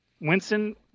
Winston